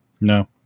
No